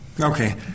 Okay